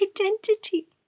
identity